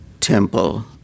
temple